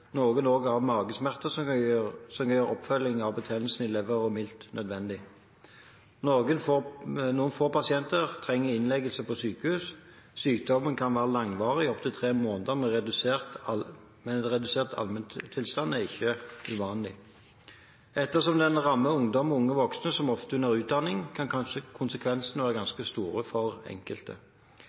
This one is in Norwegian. nødvendig. Noen få pasienter trenger innleggelse på sykehus. Sykdommen kan være langvarig, opptil tre måneder med redusert allmenntilstand er ikke uvanlig. Ettersom den rammer ungdom og unge voksne som ofte er under utdanning, kan konsekvensene være ganske store for enkelte.